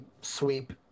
sweep